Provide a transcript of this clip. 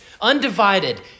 undivided